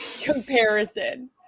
Comparison